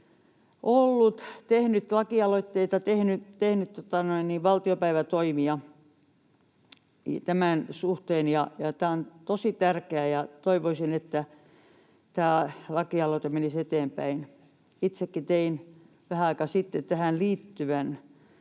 ollut, tehnyt lakialoitteita, tehnyt valtiopäivätoimia tämän suhteen. Tämä on tosi tärkeä, ja toivoisin, että tämä lakialoite menisi eteenpäin. Itsekin tein vähän aikaa sitten tähän liittyvän